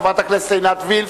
חברת הכנסת עינת וילף.